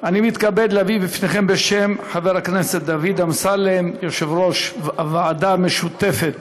יצחק וקנין, בשם יושב-ראש הוועדה המשותפת